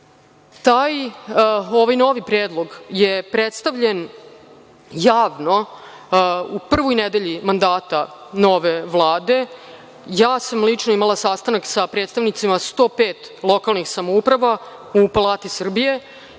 novi predlog je predstavljen javno u prvoj nedelji mandata nove Vlade. Ja sam lično imala sastanak sa predstavnicima 105 lokalnih samouprava u Palati Srbije